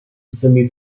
semi